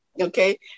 okay